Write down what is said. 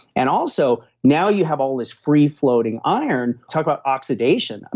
and also now you have all this free floating iron. talk about oxidation, and